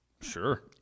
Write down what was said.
Sure